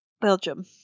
Belgium